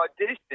audition